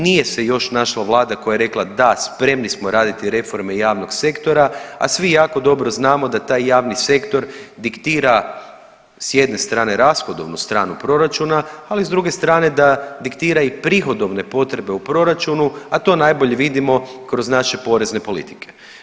Nije se još našla Vlada koja je rekla da, spremni smo raditi reforme javnog sektora, a svi jako dobro znamo da taj javni sektor diktira s jedne strane rashodovnu stranu proračuna, ali s druge strane da diktira i prihodovne potrebe u proračunu, a to najbolje vidimo kroz naše porezne politike.